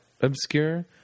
obscure